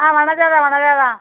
ஆ வனஜாதான் வனஜாதான்